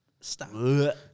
Stop